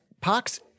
Pox